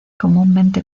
comúnmente